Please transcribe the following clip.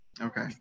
Okay